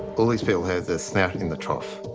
all these people have their snout in the trough.